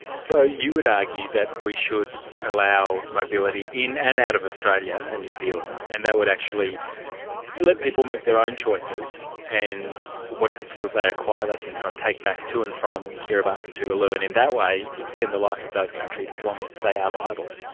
so you would argue that we should allow mobility in and out of australia and new zealand, and that would actually let people make their own choices and whatever skills they acquire they can kind of take back to and from kiribati and tuvalu, and in that way extend the life of those countries as long as they are viable.